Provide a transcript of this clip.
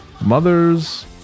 Mother's